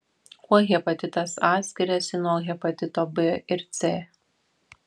kuo hepatitas a skiriasi nuo hepatito b ir c